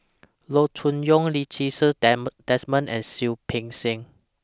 Loo Choon Yong Lee Ti Seng Desmond and Seah Peck Seah